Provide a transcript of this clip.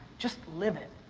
just live it.